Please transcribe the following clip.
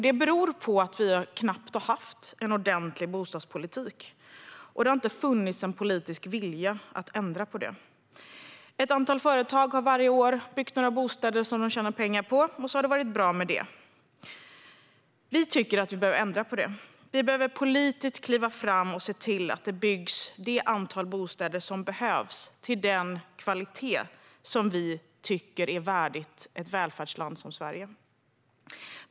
Det beror på att det knappt har funnits en ordentlig bostadspolitik, och det har inte funnits en politisk vilja att ändra på det. Ett antal företag har varje år byggt några bostäder som de tjänar pengar på, och så har det varit bra med det. Vänsterpartiet tycker att detta behöver ändras. Riksdagen måste kliva fram politiskt och se till att det byggs det antal bostäder som behövs av den kvalitet som vi tycker är värdig ett välfärdsland som Sverige.